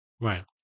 Right